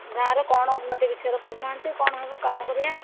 ଗାଁରେ କ'ଣ ଉନ୍ନତି ବିଷୟରେ କହୁନାହାନ୍ତି କ'ଣ ହେବ କାମ କରିବା